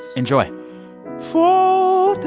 enjoy fall